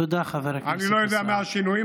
אגב, אני לא יודע מה השינויים.